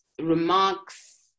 remarks